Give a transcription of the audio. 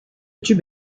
tube